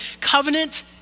Covenant